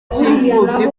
cy’imfubyi